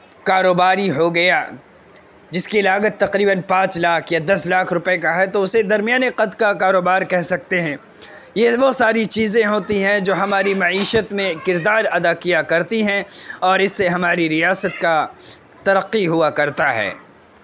کاروباری ہو گیا جس كی لاگت تقریباً پانچ لاكھ یا دس لاكھ روپئے کا ہے تو وہ اسے درمیان قد کا کاروبار کہہ سکتے ہیں یہ وہ ساری چیزیں ہوتی ہیں جو ہماری معیشت میں کردار ادا کیا کرتی ہیں اور اس سے ہماری ریاست کا ترقی ہوا کرتا ہے